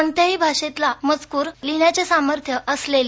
कोणत्याही भाषेतला मजकूर लिहीण्याचं सामर्थ्य असलेली